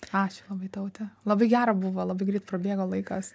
ačiū labai taute labai gera buvo labai greit prabėgo laikas